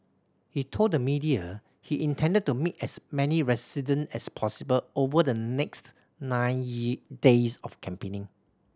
he told the media he intended to meet as many resident as possible over the next nine days of campaigning